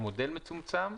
מודל מצומצם,